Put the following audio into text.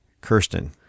Kirsten